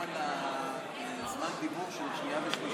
לדבר אחרי ההצבעה.